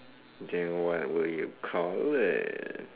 there why where you call the